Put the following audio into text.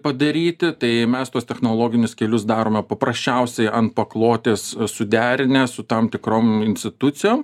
padaryti tai mes tuos technologinius kelius darome paprasčiausiai ant paklotės suderinę su tam tikrom institucijom